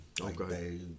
Okay